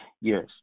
Yes